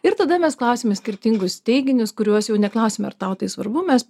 ir tada mes klausiame skirtingus teiginius kuriuos jau neklausiame ar tau tai svarbu mes